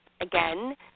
again